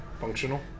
Functional